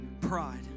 pride